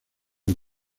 los